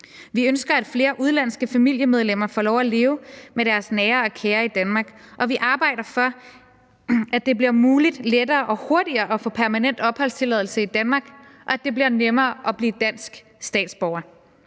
Vi ønsker, at flere udenlandske familiemedlemmer får lov at leve med deres nære og kære i Danmark, og vi arbejder for, at det bliver muligt lettere og hurtigere at få permanent opholdstilladelse i Danmark, og at det bliver nemmere at blive dansk statsborger